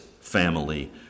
family